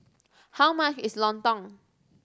how much is lontong